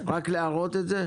רק להראות את זה?